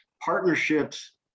partnerships